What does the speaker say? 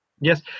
Yes